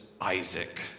Isaac